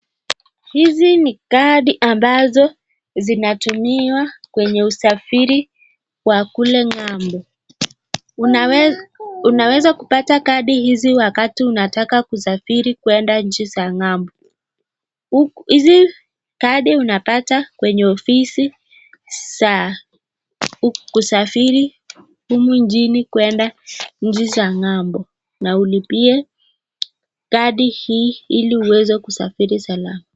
Hizi n kadi ambazo zinatumiwa kwenye usafiri Wa kule n'gambo .unaeza kupata kadi hizi wakati unataka kusafiri kwenda nchi za n'gambo hizi kadi unapata kwenye ofisi za kusafiri humu nchini kwenda nchi za n'gambo Na ulipie kadi hii ili uweze kusafiri Salama.